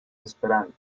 esperanto